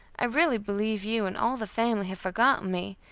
i really believe you and all the family have forgotten me,